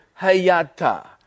hayata